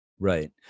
Right